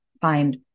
find